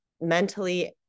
mentally